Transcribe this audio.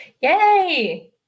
Yay